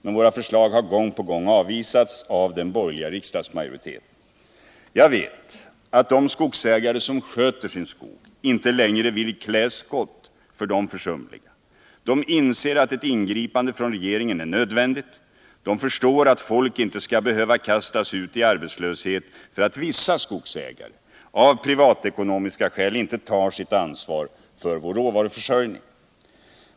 Men våra förslag har gång på gång avvisats av den borgerliga riksdagsmajoriteten. Jag vet att de skogsägare som sköter sin skog inte längre vill klä skott för de försumliga. De inser att ett ingripande från regeringen är nödvändigt. De förstår att folk inte skall behöva kastas ut i arbetslöshet för att vissa skogsägare av privatekonomiska skäl inte tar sitt ansvar för vår råvaruförsörjning.